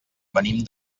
venim